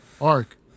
Ark